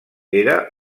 era